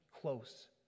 close